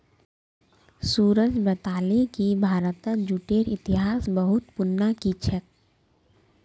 सूरज बताले कि भारतत जूटेर इतिहास बहुत पुनना कि छेक